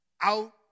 out